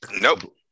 nope